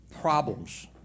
problems